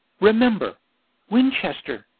remember winchester,